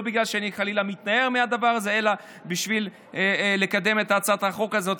לא בגלל שאני חלילה מתנער מהדבר הזה אלא בשביל לקדם את הצעת החוק הזאת,